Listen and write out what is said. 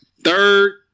third